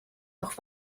noch